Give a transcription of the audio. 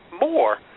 more